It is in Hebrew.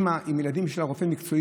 אימא עם הילדים שלה שכדי להגיע לרופא מקצועי